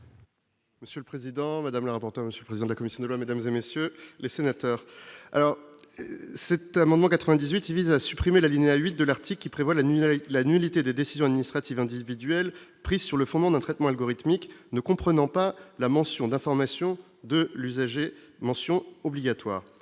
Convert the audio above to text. Monsieur le président, Mesdames, le rapporteur monsieur le président de la commission des lois, mesdames et messieurs les sénateurs, alors cet amendement 98 qui vise à supprimer la 8 de l'Arctique, qui prévoit la nuit la nullité des décisions administratives individuelles prises sur le fondement d'un traitement algorithmique ne comprenant pas la mention d'information de l'usager mentions obligatoires